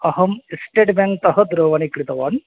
अहम् स्टेट् बेङ्क्तः दूरवाणीं कृतवान्